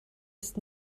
ist